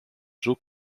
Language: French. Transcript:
joe